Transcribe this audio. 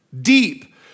deep